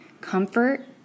comfort